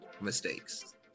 mistakes